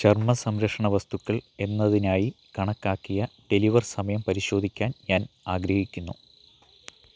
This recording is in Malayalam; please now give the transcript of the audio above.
ചർമ്മസംരക്ഷണ വസ്തുക്കൾ എന്നതിനായി കണക്കാക്കിയ ഡെലിവർ സമയം പരിശോധിക്കാൻ ഞാൻ ആഗ്രഹിക്കുന്നു